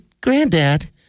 granddad